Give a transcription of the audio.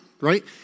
right